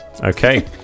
Okay